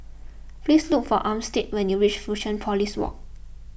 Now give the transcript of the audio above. please look for Armstead when you reach Fusionopolis Walk